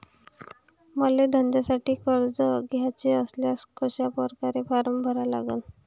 मले धंद्यासाठी कर्ज घ्याचे असल्यास कशा परकारे फारम भरा लागन?